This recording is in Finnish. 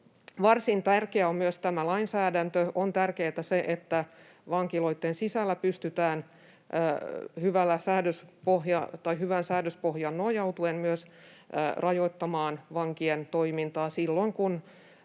varsin tärkeä on myös tämä lainsäädäntö. On tärkeää, että vankiloitten sisällä pystytään hyvään säädöspohjaan nojautuen myös rajoittamaan vankien toimintaa silloin kun